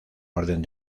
orden